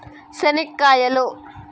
చెనిక్కాయలు